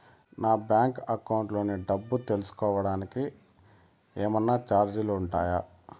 నా bank account లోని డబ్బు తెలుసుకోవడానికి కోవడానికి ఏమన్నా చార్జీలు ఉంటాయా?